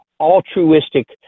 altruistic